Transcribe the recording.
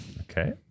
Okay